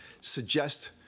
suggest